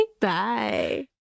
Bye